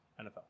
NFL